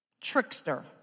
trickster